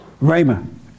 Raymond